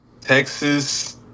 Texas